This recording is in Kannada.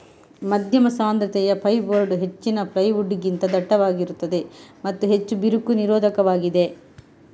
ಮಧ್ಯಮ ಸಾಂದ್ರತೆಯ ಫೈರ್ಬೋರ್ಡ್ ಹೆಚ್ಚಿನ ಪ್ಲೈವುಡ್ ಗಿಂತ ದಟ್ಟವಾಗಿರುತ್ತದೆ ಮತ್ತು ಹೆಚ್ಚು ಬಿರುಕು ನಿರೋಧಕವಾಗಿದೆ